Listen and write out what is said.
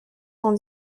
dans